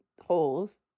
holes